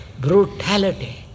brutality